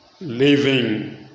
living